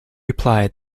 replied